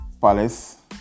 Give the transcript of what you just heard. palace